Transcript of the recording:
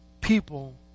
people